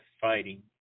fighting